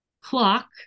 clock